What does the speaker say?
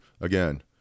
Again